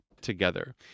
together